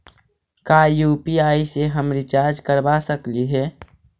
का यु.पी.आई से हम रिचार्ज करवा सकली हे?